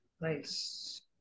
Nice